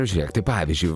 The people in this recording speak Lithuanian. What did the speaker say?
žiūrėk tai pavyzdžiui